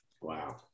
Wow